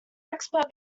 expert